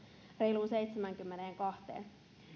reiluun seitsemäänkymmeneenkahteen